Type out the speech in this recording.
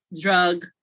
drug